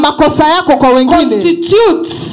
constitutes